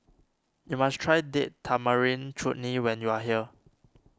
you must try Date Tamarind Chutney when you are here